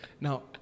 now